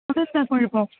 അതെന്താണ് കുഴപ്പം